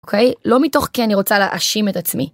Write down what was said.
אוקיי, לא מתוך כי אני רוצה להאשים את עצמי.